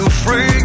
Free